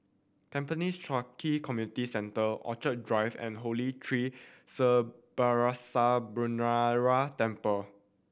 Tampines Changkat Community Centre Orchid Drive and Holy Tree Sri Balasubramaniar Temple